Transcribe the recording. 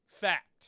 fact